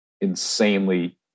insanely